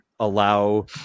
Allow